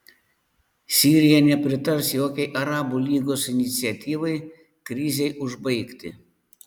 sirija nepritars jokiai arabų lygos iniciatyvai krizei užbaigti